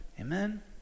Amen